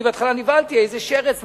אני בהתחלה נבהלתי: איזה שרץ?